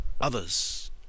others